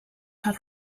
had